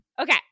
Okay